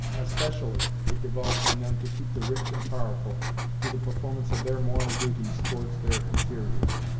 especially, it devolves on them to keep the rich and powerful to the performance of their moral duties towards their inferiors.